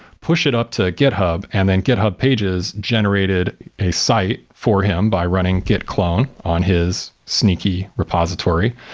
push it up to github and then github pages generated a site for him by running git clone on his sneaky repository,